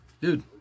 Dude